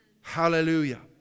Hallelujah